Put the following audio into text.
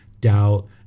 doubt